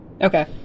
Okay